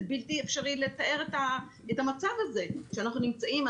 זה בלתי אפשרי לתאר את המצב הזה שאנחנו נמצאים בו.